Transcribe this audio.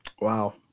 Wow